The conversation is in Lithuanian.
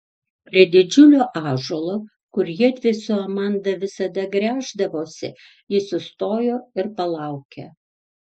prie didžiulio ąžuolo kur jiedvi su amanda visada gręždavosi ji sustojo ir palaukė